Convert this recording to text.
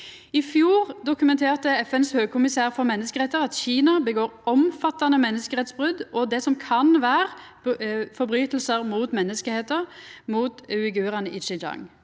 I fjor dokumenterte FNs høgkommissær for menneskerettar at Kina utfører omfattande menneskerettsbrot og det som kan vera brotsverk mot menneskeheita, mot uigurane i Xinjiang.